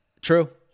True